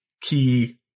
key